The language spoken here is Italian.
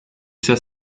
sia